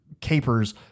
capers